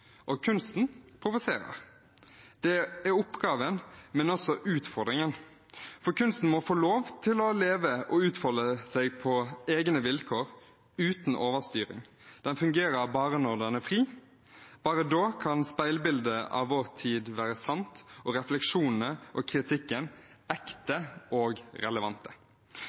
debatt. Kunsten provoserer. Det er oppgaven, men også utfordringen, for kunsten må få lov til å leve og utfolde seg på egne vilkår, uten overstyring. Den fungerer bare når den er fri. Bare da kan speilbildet av vår tid være sant og refleksjonene og kritikken ekte og relevante.